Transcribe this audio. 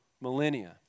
millennia